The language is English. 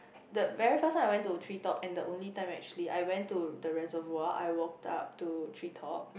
the very first time I went to tree top and the only time I actually I went to the reservoir I walked up to tree top